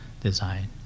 design